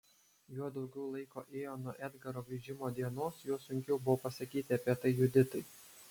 juo daugiau laiko ėjo nuo edgaro grįžimo dienos juo sunkiau buvo pasakyti apie tai juditai